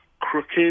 crooked